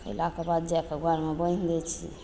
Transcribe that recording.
खयलाके बाद जा कऽ घरमे बान्हि दै छियै